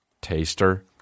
taster